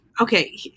okay